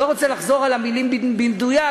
לא רוצה לחזור על המילים במדויק,